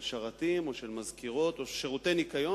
של שרתים או של מזכירות או של שרתי ניקיון,